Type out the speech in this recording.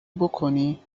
بکنی